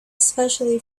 especially